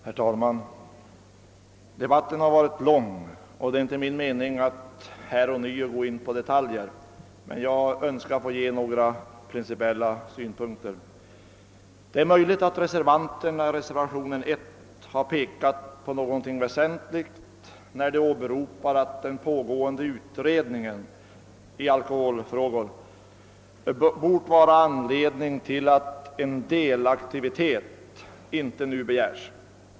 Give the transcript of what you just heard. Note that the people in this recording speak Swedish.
Herr talman! Debatten har varit lång, och det är inte min mening att ånyo gå in på detaljer, men jag vill anlägga några principiella synpunkter. Det är möjligt att reservanterna som står för reservationen 1 har pekat på någonting väsentligt när de åberopar, att den pågående utredningen i alkoholfrågorna bort föranleda att en delaktivitet inte nu begärs.